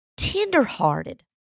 tenderhearted